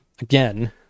again